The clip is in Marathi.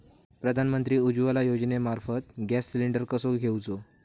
प्रधानमंत्री उज्वला योजनेमार्फत गॅस सिलिंडर कसो घेऊचो?